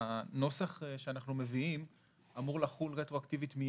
היא שהנוסח שאנחנו מביאים אמור לחול רטרואקטיבית מינואר.